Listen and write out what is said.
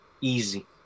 Easy